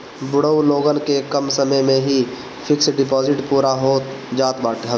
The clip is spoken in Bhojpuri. बुढ़ऊ लोगन के कम समय में ही फिक्स डिपाजिट पूरा हो जात हवे